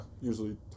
usually